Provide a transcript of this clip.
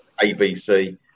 ABC